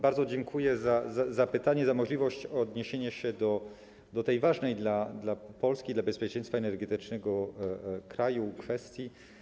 Bardzo dziękuję za pytanie i za możliwość odniesienia się do tej ważnej dla Polski, dla bezpieczeństwa energetycznego kraju kwestii.